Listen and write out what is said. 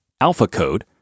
AlphaCode